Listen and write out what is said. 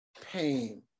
pain